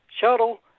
shuttle